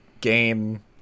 game